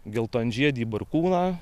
geltonžiedį barkūną